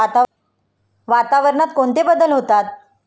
वातावरणात कोणते बदल होतात?